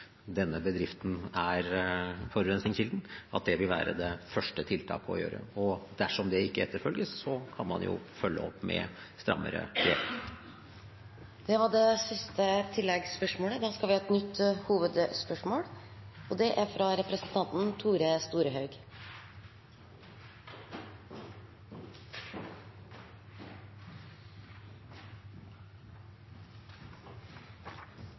denne bedriften er forurensningskilden, høres det ut som om det vil være det første tiltaket å gjøre. Og dersom det ikke etterfølges, kan man følge opp med strammere grep. Da går vi til neste hovedspørsmål. Det har lenge vore spennande tider i fjorden heime, for saka om fjorddeponi i Førdefjorden er